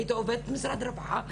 הייתי עובדת בהתנדבות,